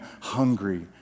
hungry